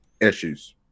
issues